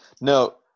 No